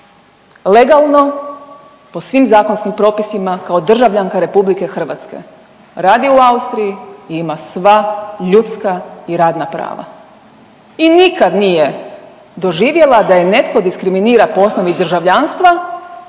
legalno po svim zakonskim propisima kao državljanka RH radi u Austriji i ima sva ljudska i radna prava i nikad nije doživjela da je netko diskriminira po osnovi državljanstva